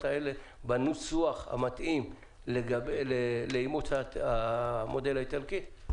האלה בניסוח המתאים לאימוץ המודל האיטלקי?